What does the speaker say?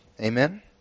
Amen